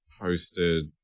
posted